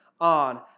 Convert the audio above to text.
on